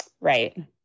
Right